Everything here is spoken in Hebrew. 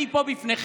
אני פה בפניכם,